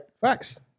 facts